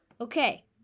Okay